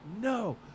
no